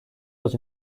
dans